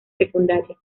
secundarias